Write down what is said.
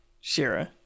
Shira